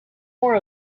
more